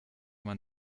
man